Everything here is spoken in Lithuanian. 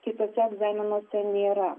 kituose egzaminuose nėra